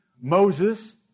Moses